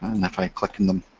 and if i click on them